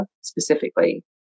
specifically